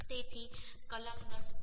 તેથી કલમ 10